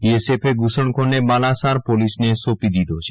બીએસએફએ ધુસણખોરને બાલાસાર પોલીસને સોંપી દીધો છે